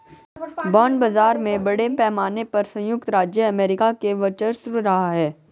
bond बाजार में बड़े पैमाने पर सयुक्त राज्य अमेरिका का वर्चस्व रहा है